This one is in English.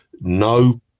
No